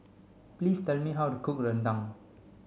please tell me how to cook Rendang